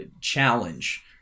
challenge